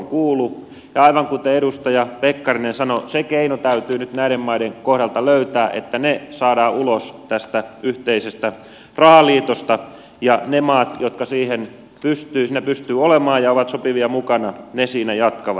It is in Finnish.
ja aivan kuten edustaja pekkarinen sanoi se keino täytyy nyt näiden maiden kohdalta löytää että ne saadaan ulos tästä yhteisestä rahaliitosta ja ne maat jotka siinä pystyvät olemaan ja ovat sopivia mukana siinä jatkavat